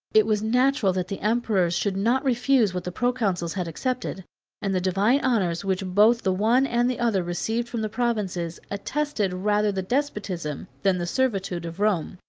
it was natural that the emperors should not refuse what the proconsuls had accepted and the divine honors which both the one and the other received from the provinces, attested rather the despotism than the servitude of rome.